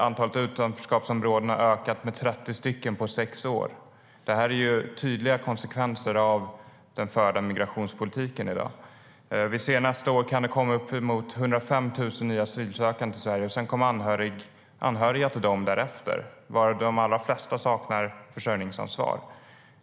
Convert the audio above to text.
Antalet utanförskapsområden har ökat med 30 på sex år. Det här är tydliga konsekvenser av den förda migrationspolitiken. Vi ser att det nästa år kan komma uppemot 105 000 nya asylsökande till Sverige, och sedan kommer anhöriga till dem därefter. De allra flesta saknar försörjningsansvar.